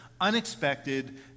unexpected